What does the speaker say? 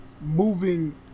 moving